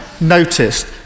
noticed